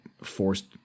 forced